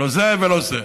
לא זה ולא זה.